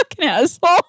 asshole